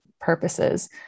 purposes